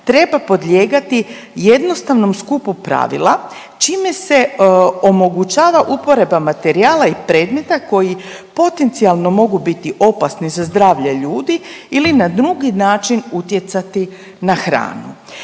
treba podlijegati jednostavnom skupu pravila, čime se omogućava uporaba materijala i predmeta koji potencijalno mogu biti opasni za zdravlje ljudi ili na drugi način utjecati na hranu